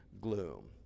gloom